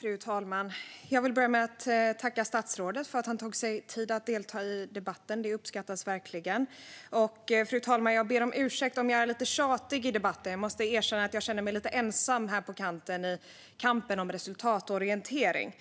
Fru talman! Jag vill börja med att tacka statsrådet för att han tog sig tid att delta i debatten. Det uppskattas verkligen. Fru talman! Jag ber om ursäkt om jag är lite tjatig i debatten. Jag måste erkänna att jag känner mig lite ensam här på kanten i kampen om resultatorientering.